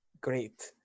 Great